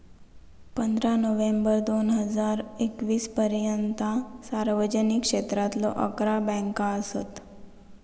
पंधरा नोव्हेंबर दोन हजार एकवीस पर्यंता सार्वजनिक क्षेत्रातलो अकरा बँका असत